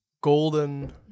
golden